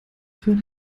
für